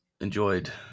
enjoyed